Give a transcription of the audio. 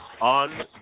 on